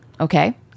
okay